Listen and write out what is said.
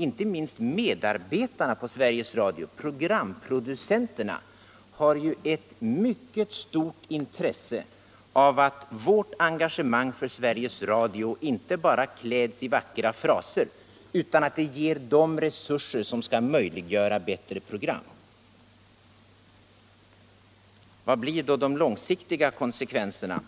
Inte minst medarbetarna på Sveriges Radio —- programproducenterna — har ett mycket stort intresse av att vårt engagemang för Sveriges Radio inte bara kläds i vackra fraser utan att det ger dem resurser som skall möjliggöra bättre program. " Vad blir då de långsiktiga konsekvenserna?